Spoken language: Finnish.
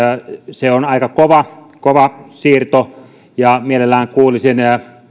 se on aika kova kova siirto ja mielelläni kuulisin